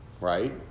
right